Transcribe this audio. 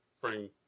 bring